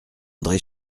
andré